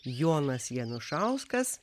jonas janušauskas